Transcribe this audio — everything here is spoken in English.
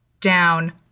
down